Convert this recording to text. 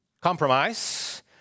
compromise